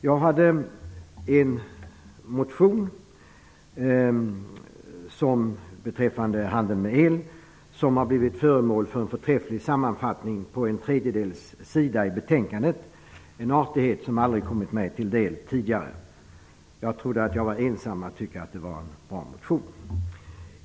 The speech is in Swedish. Jag väckte en motion beträffande handeln med el som har blivit föremål för en förträfflig sammanfattning på en tredjedels sida i betänkandet. Det är en artighet som aldrig kommit mig till del tidigare. Jag trodde att jag var ensam om att tycka att det var en bra motion.